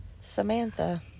samantha